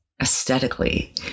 aesthetically